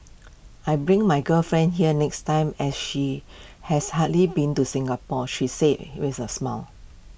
I'm bring my girlfriend here next time as she has hardly been to Singapore she says with A smile